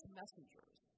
messengers